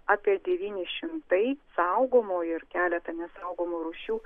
apie devyni šimtai saugomų ir keletą nesaugomų rūšių